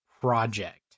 project